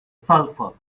sulfur